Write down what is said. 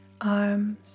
arms